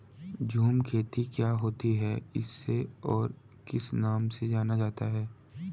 झूम खेती क्या होती है इसे और किस नाम से जाना जाता है?